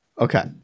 Okay